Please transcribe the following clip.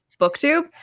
BookTube